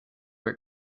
were